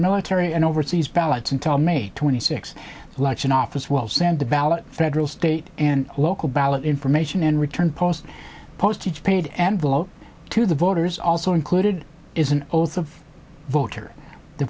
military and overseas ballots until may twenty sixth election office will send the ballot federal state and local ballot information and return post postage paid envelope to the voters also included is an oath of voter the